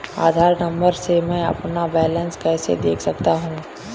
आधार number से मैं अपना बैलेंस कैसे देख सकता हूँ?